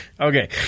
Okay